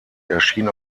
erschien